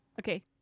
Okay